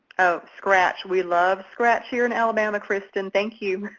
oh, scratch. we love scratch here in alabama, kristen. thank you.